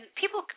people